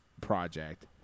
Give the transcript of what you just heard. project